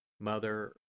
Mother